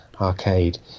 Arcade